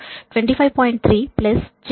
3 j 66